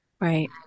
Right